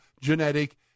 genetic